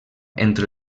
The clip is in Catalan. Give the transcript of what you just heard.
entre